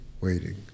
waiting